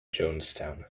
johnstown